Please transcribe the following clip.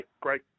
great